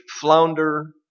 flounder